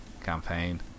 campaign